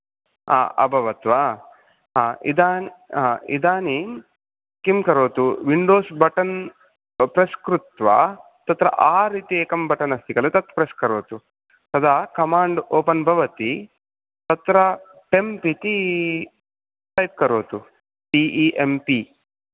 हा अभवत् वा हा इदा हा इदानीं किं करोतु विन्डोज़् बटन् प्रेस् कृत्वा तत्र आर् इति एकं बटन् अस्ति खलु तत् प्रेस् करोतु तदा कमांड् ओपन् भवति तत्र टेंप् इति टैंप् करोतु टि ई म् पि